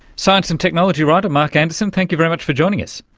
science and technology writer mark anderson, thank you very much for joining us.